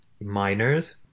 miners